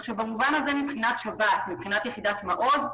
במובן הזה, מבחינת שב"ס, מבחינת יחידת מעוז,